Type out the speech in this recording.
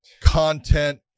content